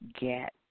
get